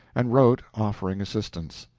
and wrote, offering assistance.